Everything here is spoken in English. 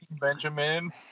Benjamin